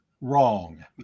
wrong